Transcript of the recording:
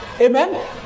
amen